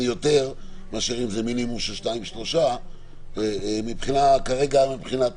יותר מאשר אם זה מינימום של שניים-שלושה כרגע מבחינת